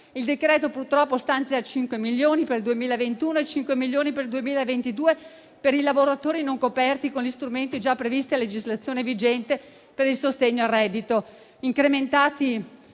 Il decreto, purtroppo, stanzia 5 milioni per il 2021 e 5 milioni per il 2022 per i lavoratori non coperti con gli strumenti già previsti a legislazione vigente per il sostegno al reddito,